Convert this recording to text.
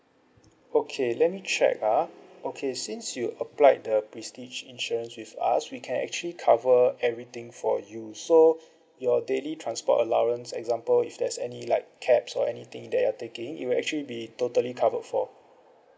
okay let me check ah okay since you applied the prestige insurance with us we can actually cover everything for you so your daily transport allowance example if there's any like cabs or anything that you're taking it will actually be totally covered for